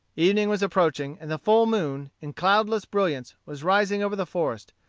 evening was approaching, and the full moon, in cloudless brilliance, was rising over the forest,